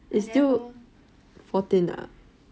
it's still fourteen ah